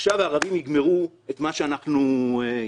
עכשיו הערבים יגמרו את מה שאנחנו התחלנו.